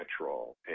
natural